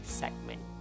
segment